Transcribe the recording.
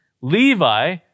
Levi